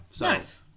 Nice